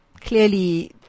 clearly